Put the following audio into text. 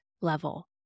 level